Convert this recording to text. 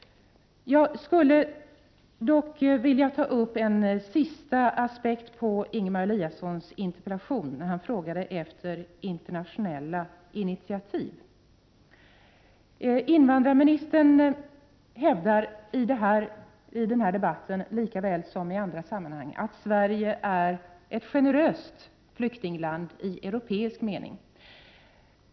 Jag skulle dock vilja ta upp en sista aspekt på Ingemar Eliassons interpellation, där han frågade efter internationella initiativ. Invandrarministern hävdar i denna debatt såväl som i andra sammanhang att Sverige är ett generöst flyktingland i europeisk mening.